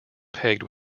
pegged